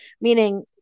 meaning